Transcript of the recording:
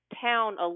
town